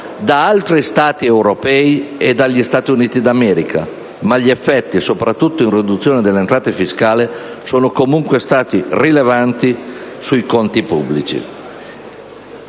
da altri Stati europei e dagli Stati Uniti d'America, ma gli effetti - soprattutto in ragione della riduzione delle entrate fiscali - sono comunque stati rilevanti sui conti pubblici.